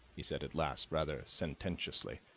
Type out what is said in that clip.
he said at last, rather sententiously,